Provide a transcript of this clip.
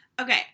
Okay